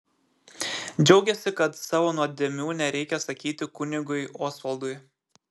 džiaugėsi kad savo nuodėmių nereikia sakyti kunigui osvaldui